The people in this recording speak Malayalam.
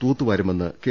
തൂത്തുവാരുമെന്ന് കെ